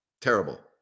Terrible